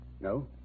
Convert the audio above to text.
No